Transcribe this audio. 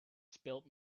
spilt